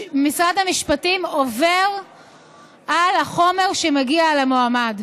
המשפטים, עובר על החומר שמגיע על המועמד,